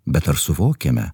bet ar suvokiame